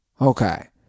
Okay